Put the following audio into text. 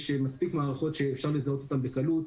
יש מספיק מערכות שאפשר לזהות אותן בקלות.